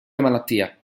malattia